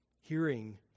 hearing